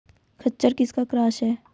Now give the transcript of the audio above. खच्चर किसका क्रास है?